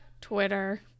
twitter